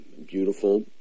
beautiful